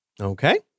Okay